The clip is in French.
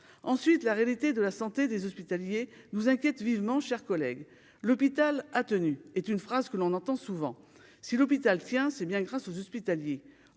ensuite la réalité de la santé des hospitaliers nous inquiète vivement, chers collègues, l'hôpital a tenu est une phrase que l'on entend souvent si l'hôpital tiens c'est bien grâce aux hospitaliers,